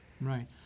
Right